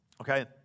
Okay